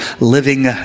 living